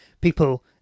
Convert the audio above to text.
people